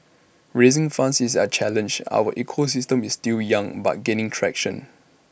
raising funds is A challenge our ecosystem is still young but gaining traction